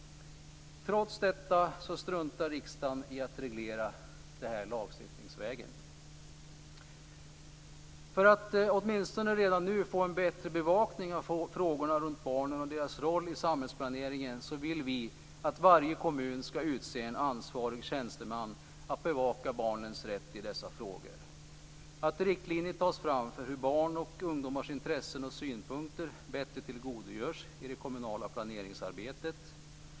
Trots detta struntar riksdagen i att reglera dessa frågor lagstiftningsvägen. För att redan nu åtminstone få en bättre bevakning av frågorna om barnen och deras roll i samhällsplaneringen vill vi att varje kommun skall utse en ansvarig tjänsteman för att bevaka barnens rätt i dessa frågor och att riktlinjer tas fram för hur barns och ungdomars intressen och synpunkter bättre skall tillgodoses i det kommunala planeringsarbetet.